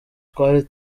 twari